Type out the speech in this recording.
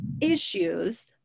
issues